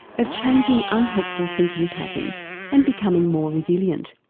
of changing unhelpful thinking patterns and becoming more resilient.